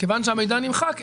מכיוון שהמידע נמחק,